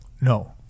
no